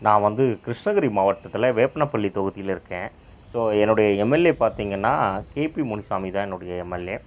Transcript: நான் வந்து கிருஷ்ணகிரி மாவட்டத்தில் வேப்பனப்பள்ளி தொகுதியில் இருக்கேன் ஸோ என்னுடைய எம்எல்ஏ பார்த்திங்கன்னா கேபி முனிசாமி தான் என்னுடைய எம்எல்ஏ